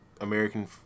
American